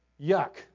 yuck